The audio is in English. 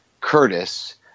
Curtis